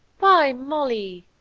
why, molly,